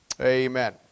Amen